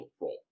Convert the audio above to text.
role